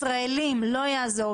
ישראלים לא יעזור,